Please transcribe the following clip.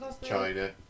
China